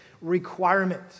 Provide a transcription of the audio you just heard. requirement